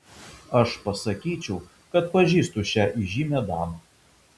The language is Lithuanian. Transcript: aš pasakyčiau kad pažįstu šią įžymią damą